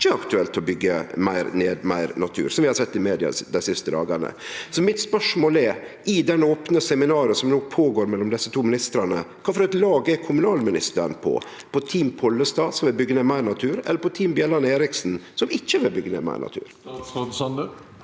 at det ikkje er aktuelt å byggje ned meir natur, som vi har sett i media dei siste dagane. Så mitt spørsmål er: I det opne seminaret som no går føre seg mellom desse to ministrane, kva for eit lag er kommunalministeren på? Team Pollestad, som vil byggje ned meir natur, eller team Bjelland Eriksen, som ikkje vil byggje ned meir natur?